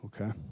okay